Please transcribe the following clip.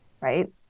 right